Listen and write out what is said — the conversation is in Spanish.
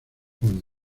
pony